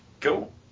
Cool